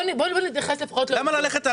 אם הוא לא נפגע, הוא לא יכול להוכיח.